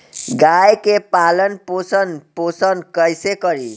गाय के पालन पोषण पोषण कैसे करी?